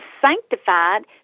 sanctified